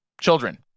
children